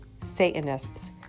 Satanists